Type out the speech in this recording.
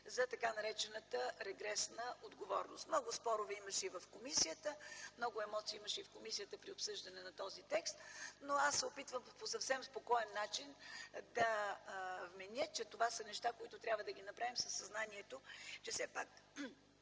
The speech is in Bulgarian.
за така наречената регресна отговорност. Много спорове и много емоции имаше и в комисията при обсъждане на този текст, но аз се опитвам по съвсем спокоен начин да вменя, че това са неща, които трябва да направим със съзнанието, че все пак